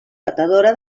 batedora